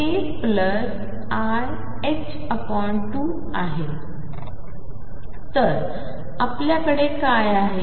आहे तर आपल्या कडे काय आहे